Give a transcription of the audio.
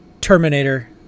Terminator